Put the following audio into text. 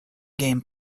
game